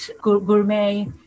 gourmet